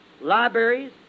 libraries